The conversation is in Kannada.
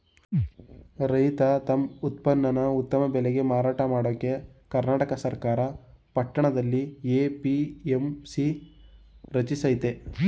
ರೈತ ತಮ್ ಉತ್ಪನ್ನನ ಉತ್ತಮ ಬೆಲೆಗೆ ಮಾರಾಟ ಮಾಡಕೆ ಕರ್ನಾಟಕ ಸರ್ಕಾರ ಪಟ್ಟಣದಲ್ಲಿ ಎ.ಪಿ.ಎಂ.ಸಿ ರಚಿಸಯ್ತೆ